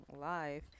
live